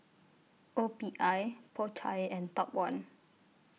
O P I Po Chai and Top one